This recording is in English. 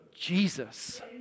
Jesus